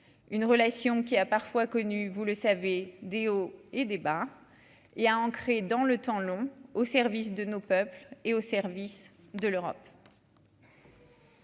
une relation qui a parfois connu, vous le savez, Des hauts et des bas, il a ancré dans le temps long, au service de nos peuples et au service de l'Europe.